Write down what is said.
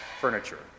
furniture